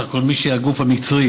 בסך הכול מי שהוא הגוף המקצועי